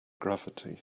gravity